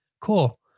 Cool